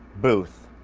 booth.